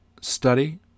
study